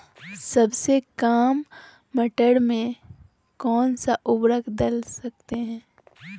सबसे काम मटर में कौन सा ऊर्वरक दल सकते हैं?